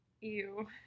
Ew